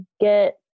get